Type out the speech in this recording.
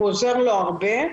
הוא עוזר לו הרבה,